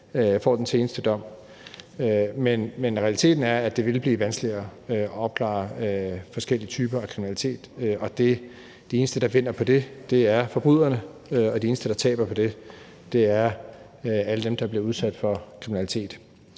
den seneste dom får. Men realiteten er, at det vil blive vanskeligere at opklare forskellige typer af kriminalitet, og de eneste, der vinder på det, er forbryderne, og de eneste, der taber på det, er alle dem, der bliver udsat kriminalitet.